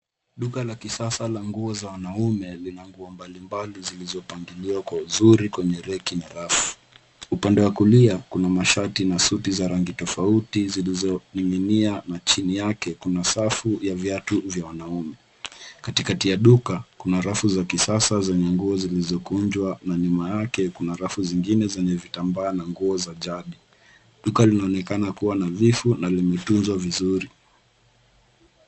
Duka la kisasa la nguo za wanaume lina nguo mbalimbali zilizopangiliwa kwa uzuri kwenye reki na rafu. Upande wa kulia kuna mashati na suti za rangi tofauti zilizoning'inia na chini yake kuna safu ya viatu vya wanaume. Katikati ya duka kuna rafu za kisasa zenye nguo zilizokunjwa na nyuma yake kuna rafu zingine zenye vitamba na nguo za jadi. Duka linaonekana kuwa nadhifu na limetunzwa vizuri.